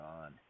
on